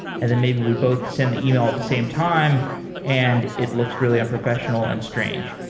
and then maybe we both send the e-mail at the same time and it looks really unprofessional and strange.